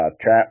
trap